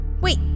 Wait